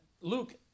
Luke